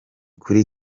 kuri